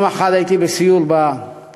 יום אחד הייתי בסיור בפזורה.